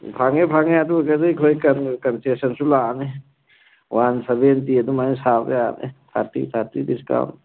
ꯐꯪꯉꯦ ꯐꯪꯉꯦ ꯑꯗꯨ ꯑꯣꯏꯔꯒꯗꯤ ꯑꯩꯈꯣꯏ ꯀꯟꯁꯦꯁꯟꯁꯨ ꯂꯥꯛꯂꯅꯤ ꯋꯥꯟ ꯁꯕꯦꯟꯇꯤ ꯑꯗꯨꯃꯥꯏꯅ ꯁꯥꯕ ꯌꯥꯅꯤ ꯊꯥꯔꯇꯤ ꯊꯥꯔꯇꯤ ꯗꯤꯁꯀꯥꯎꯟ